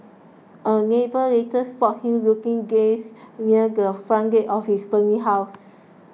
a neighbour later spotted him looking gazed near the front gate of his burning house